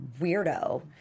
weirdo